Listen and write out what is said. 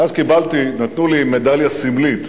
ואז נתנו לי מדליה סמלית,